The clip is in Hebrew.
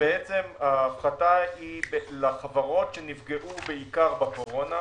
בעצם ההפחתה היא לחברות שנפגעו בעיקר בקורונה.